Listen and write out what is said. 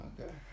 Okay